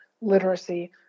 literacy